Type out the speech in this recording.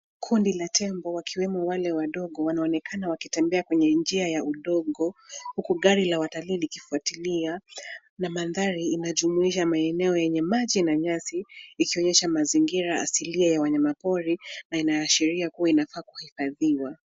Kundi la tembo wakiwemo wale wadogo, wanaonekana wakitembea kwenye njia ya udongo, huku gari la watalii likifuatilia na mandhari inajumuisha maeneo yenye maji na nyasi ikionyesha mazingira asilia ya wanyamapori na inaashiria kuwa inafaa kuhifadhiwa .